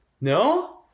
No